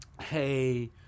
hey